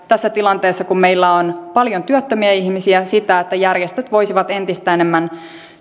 tässä tilanteessa kun meillä on paljon työttömiä ihmisiä sitä että järjestöt voisivat entistä enemmän